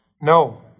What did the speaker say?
No